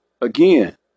Again